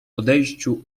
odejściu